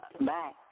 back